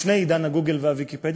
לפני עידן הגוגל וה"ויקיפדיה",